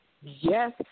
Yes